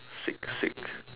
sick sick